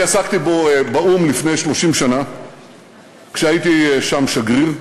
אני עסקתי בו באו"ם לפני 30 שנה כשהייתי שם שגריר,